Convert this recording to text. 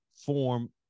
form